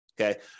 okay